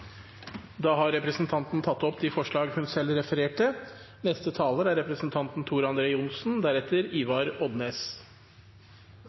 Da har representanten Kirsti Leirtrø tatt opp de forslagene hun refererte.